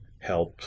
help